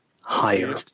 higher